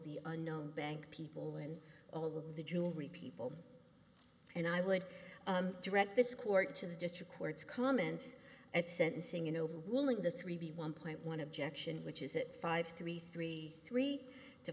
the unknown bank people and all of the jewelry people and i would direct this court to the district courts comments at sentencing in overruling the three v one point one objection which is at five three three three to